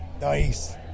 Nice